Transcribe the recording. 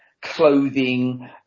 clothing